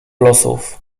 losów